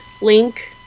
Link